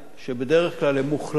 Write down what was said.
שבדרך כלל הן מוחלטות,